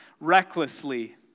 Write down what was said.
recklessly